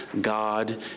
God